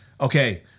Okay